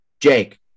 Jake